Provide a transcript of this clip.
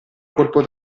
colpo